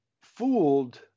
fooled